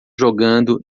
jogando